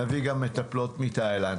נביא גם מטפלות מהודו,